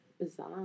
bizarre